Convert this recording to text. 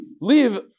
leave